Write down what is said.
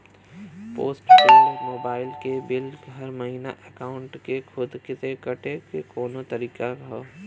Post paid mobile क bill हर महिना एकाउंट से खुद से कटे क कौनो तरीका ह का?